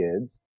kids